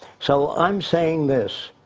so i'm saying this,